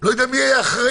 ואנחנו מביאים את זה בחשבון.